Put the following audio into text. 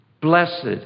Blessed